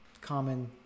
common